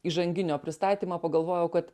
įžanginio pristatymo pagalvojau kad